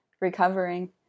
recovering